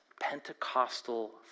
Pentecostal